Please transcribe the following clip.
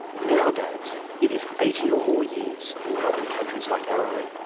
nowadays it is eighty or more years in wealthy countries like our own.